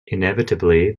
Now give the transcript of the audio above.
inevitably